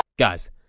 Guys